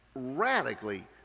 radically